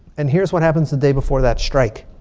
and here's what happens the day before that strike.